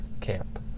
camp